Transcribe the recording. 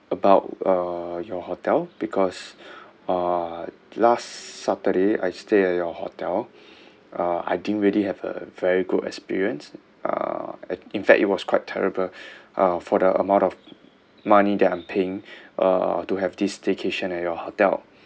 about uh your hotel because uh last saturday I stay at your hotel uh I didn't really have a very good experience uh a~ in fact it was quite terrible uh for the amount of money that I'm paying uh to have this staycation at your hotel